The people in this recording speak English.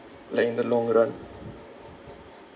like in the long run